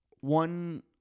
one